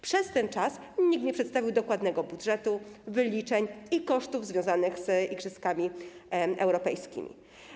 Przez ten czas nikt nie przedstawił dokładnego budżetu, wyliczeń ani kosztów związanych z igrzyskami europejskimi.